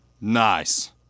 Nice